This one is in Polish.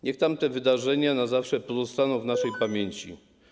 Niech tamte wydarzenia na zawsze pozostaną w naszej pamięci.